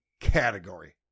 category